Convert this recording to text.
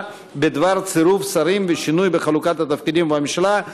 בדבר צירוף שרים ושינוי בחלוקת התפקידים בממשלה,